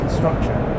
structure